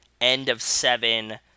end-of-seven